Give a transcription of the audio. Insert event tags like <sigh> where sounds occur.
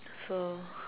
so <breath>